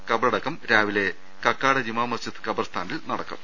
ഖബറടക്കം ഇന്ന് രാവിലെ കക്കാട് ജുമാ മസ്ജിദ് ഖബർസ്ഥാനിൽ നടക്കും